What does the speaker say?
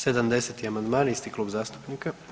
70. amandman isti klub zastupnika.